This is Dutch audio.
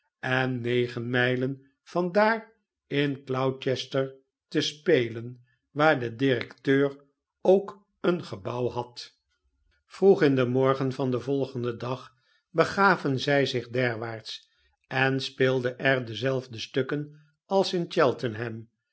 en negen mijlen van daar in gloucester te spelen waar de directeur ook een gebouw had vroeg in den morgen van den volgenden dag begaven zij zich derwaarts en speelde er dezelfde stukken als in